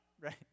right